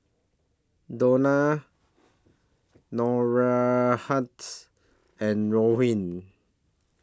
Dionne and Rowan